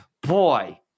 boy